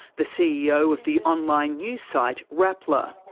the ceo of the online news site rappler.